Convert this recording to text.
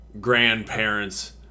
grandparents